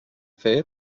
fet